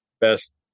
best